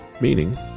meaning